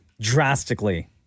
drastically